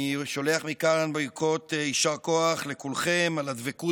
אני שולח מכאן ברכות יישר כוח לכולכם על הדבקות